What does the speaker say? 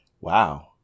Wow